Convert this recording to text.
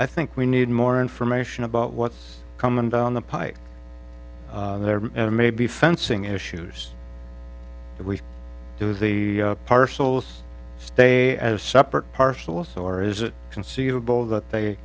i think we need more information about what's coming down the pike there may be fencing issues that we do the parcels stay as separate parcels or is it conceivable that they